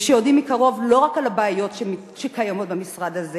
ושיודעים מקרוב לא רק על הבעיות שקיימות במשרד הזה